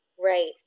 Right